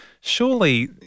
surely